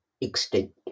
extinct